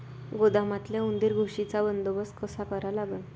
गोदामातल्या उंदीर, घुशीचा बंदोबस्त कसा करा लागन?